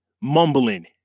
mumbling